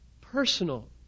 personal